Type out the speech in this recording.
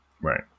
Right